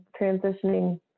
transitioning